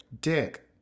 dick